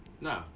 No